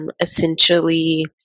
essentially